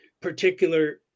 particular